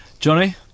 Johnny